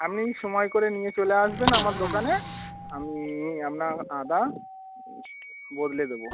আপনি সময় করে নিয়ে চলে আসবেন আমার দোকানে আমি আপনার আদার বদলে দেবো